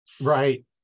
Right